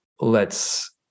lets